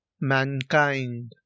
mankind